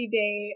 day